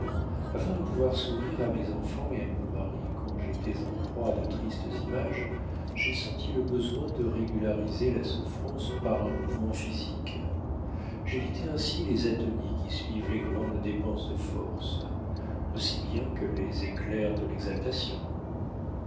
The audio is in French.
afin de pouvoir sourire à mes enfants et à mon mari quand j'étais en proie à de tristes images j'ai senti le besoin de régulariser la souffrance par un mouvement physique j'évitais ainsi les atonies qui suivent les grandes dépenses de force aussi bien que les éclairs de l'exaltation